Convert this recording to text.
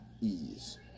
ease